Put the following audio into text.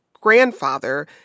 grandfather